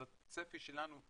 אז הצפי שלנו,